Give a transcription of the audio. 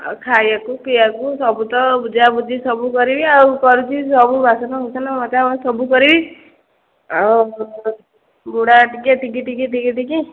ଆଉ ଖାଇବାକୁ ପିଇବାକୁ ସବୁ ତ ବୁଝାବୁଝି ସବୁ କରିବି ଆଉ କରୁଚି ସବୁ ବାସନକୁସନ ମଜା ସବୁ କରିବି ଆଉ ବୁଢ଼ା ଟିକେ ଟିଙ୍ଗି ଟିଙ୍ଗି ଟିଙ୍ଗି ଟିଙ୍ଗି